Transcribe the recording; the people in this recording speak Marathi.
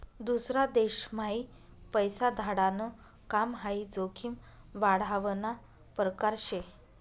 दूसरा देशम्हाई पैसा धाडाण काम हाई जोखीम वाढावना परकार शे